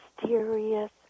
mysterious